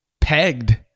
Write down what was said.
pegged